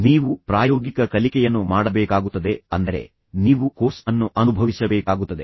ನೀವು ಪ್ರಾಯೋಗಿಕ ಕಲಿಕೆಯನ್ನು ಮಾಡಬೇಕಾಗುತ್ತದೆ ಅಂದರೆ ನೀವು ಕೋರ್ಸ್ ಅನ್ನು ಅನುಭವಿಸಬೇಕಾಗುತ್ತದೆ